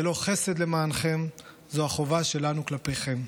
זה לא חסד למענכם, זו החובה שלנו כלפיכם.